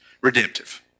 redemptive